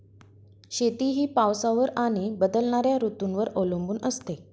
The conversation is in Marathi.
शेती ही पावसावर आणि बदलणाऱ्या ऋतूंवर अवलंबून असते